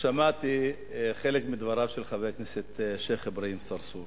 שמעתי חלק מדבריו של חבר הכנסת שיח' אברהים צרצור